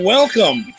Welcome